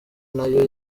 nayo